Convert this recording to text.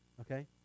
Okay